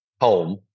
home